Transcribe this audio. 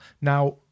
Now